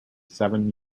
seven